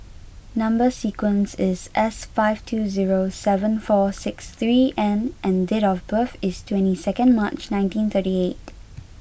number sequence is S five two zero seven four six three N and date of birth is twenty second March nineteen thirty eight